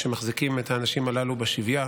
שמחזיקות את האנשים הללו בשביה.